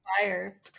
fire